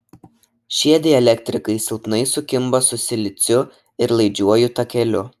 šie dielektrikai silpnai sukimba su siliciu ir laidžiuoju takeliu